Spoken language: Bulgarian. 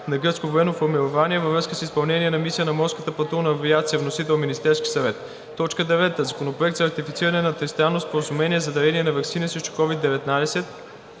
на гръцко военно формирование във връзка с изпълнение на мисия на морската патрулна авиация. Вносител: Министерски съвет. 9. Законопроект за ратифициране на Тристранно споразумение за дарение на ваксини срещу COVID-19,